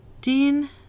Dean